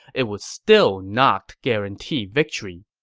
it would still not guarantee victory.